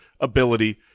ability